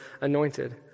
anointed